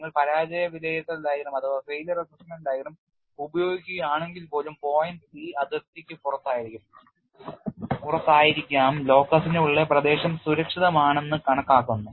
നിങ്ങൾ പരാജയ വിലയിരുത്തൽ ഡയഗ്രം ഉപയോഗിക്കുകയാണെങ്കിൽപ്പോലും പോയിന്റ് ഈ അതിർത്തിക്ക് പുറത്തായിരിക്കാം ലോക്കസിനുള്ളിലെ പ്രദേശം സുരക്ഷിതമാണെന്ന് കണക്കാക്കുന്നു